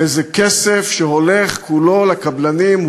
וזה כסף שהולך כולו לקבלנים.